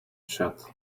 shut